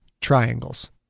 triangles